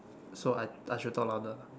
so I I should talk louder lah